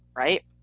right,